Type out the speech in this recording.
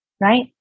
right